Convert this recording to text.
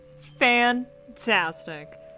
fantastic